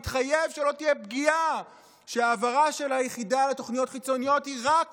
והתחייב שלא תהיה פגיעה ושההעברה של היחידה לתוכניות חיצוניות היא רק